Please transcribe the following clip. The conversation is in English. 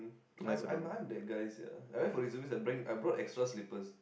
I'm I'm I'm that guy sia I went for reservist I bring I brought extra slippers